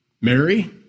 Mary